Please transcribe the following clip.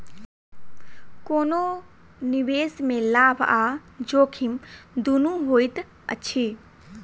कोनो निवेश में लाभ आ जोखिम दुनू होइत अछि